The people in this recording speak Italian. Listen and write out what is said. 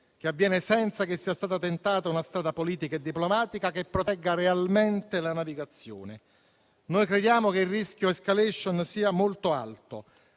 che avviene senza che sia stata tentata una strada politica e diplomatica che protegga realmente la navigazione. Noi crediamo che il rischio *escalation* sia molto alto,